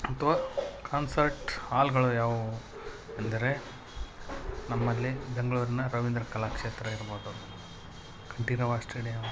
ಅಥ್ವಾ ಕಾನ್ಸರ್ಟ್ ಹಾಲ್ಗಳು ಯಾವುವು ಅಂದರೆ ನಮ್ಮಲ್ಲಿ ಬೆಂಗ್ಳೂರಿನ ರವೀಂದ್ರ ಕಲಾಕ್ಷೇತ್ರ ಇರ್ಬೋದು ಕಂಠೀರವ ಸ್ಟೇಡಿಯಮ್